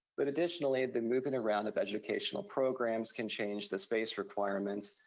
but additionally, the moving around of educational programs can change the space requirements,